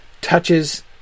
touches